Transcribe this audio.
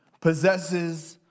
possesses